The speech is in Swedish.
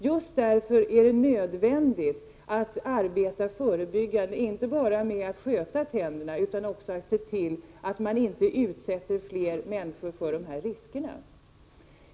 Just därför är det nödvändigt att arbeta förebyggande, inte bara med att sköta tänderna utan också se till att inte utsätta fler människor för de här riskerna.